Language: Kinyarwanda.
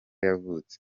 yavutse